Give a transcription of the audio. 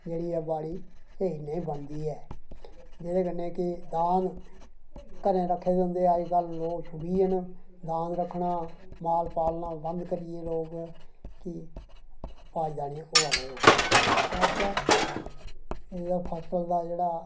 जेह्ड़ी ऐ बाड़ी एह् नेईं बनदी ऐ जेह्दे कन्नै की दांद घरै रक्खे दे होन अज्जकल लोक छुड़ी गेदे न दांद रक्खना ते माल रक्खना छुड़ी गेदे न लोक ते एह्दे आस्तै एह् फसल दा जेह्ड़ा